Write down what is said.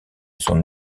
son